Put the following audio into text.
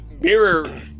mirror